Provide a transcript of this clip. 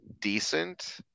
decent